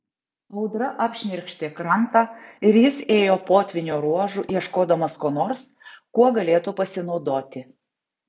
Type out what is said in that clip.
audra apšnerkštė krantą ir jis ėjo potvynio ruožu ieškodamas ko nors kuo galėtų pasinaudoti